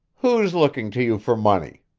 who's looking to you for money?